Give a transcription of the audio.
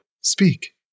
Speak